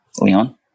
Leon